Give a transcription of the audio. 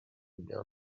میان